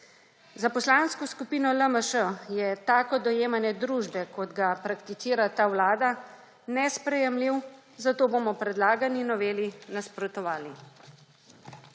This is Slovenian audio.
Za Poslansko skupino LMŠ je tako dojemanje družbe, kot ga prakticira ta vlada, nesprejemljivo, zato bomo predlagani noveli nasprotovali.